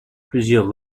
plusieurs